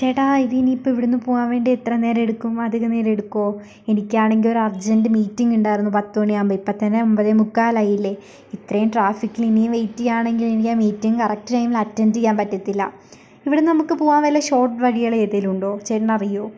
ചേട്ടാ ഇത് ഇനി ഇപ്പോൾ ഇവിടെ നിന്ന് പോകാൻ വേണ്ടി എത്ര നേരമെടുക്കും അധികം നേരമെടുക്കുമോ എനിക്ക് ആണെങ്കിൽ ഒരു അർജന്റ് മീറ്റിംഗ് ഉണ്ടായിരുന്നു പത്ത് മണിയാവുമ്പോഴ് ഇപ്പോൾ തന്നെ ഒൻപതേ മുക്കാൽ ആയില്ലേ ഇത്രയും ട്രാഫിക്കില് ഇനിയും വെയ്റ്റെയ്യാണെങ്കിൽ എനിക്കാ മീറ്റിങ് കറക്റ്റ് ടൈമിൽ അറ്റെൻറ് ചെയ്യാൻ പറ്റത്തില്ല ഇവിടെ നിന്ന് നമ്മുക്ക് പോകാൻ വല്ല ഷോട്ട് വഴികള് ഏതേലുമുണ്ടോ ചേട്ടനറിയോ